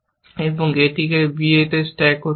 এবং এটিকে b a stack করতে হবে